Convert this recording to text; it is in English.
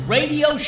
Radio